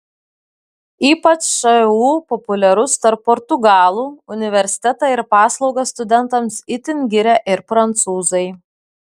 ypač šu populiarus tarp portugalų universitetą ir paslaugas studentams itin giria ir prancūzai